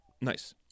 Nice